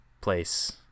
place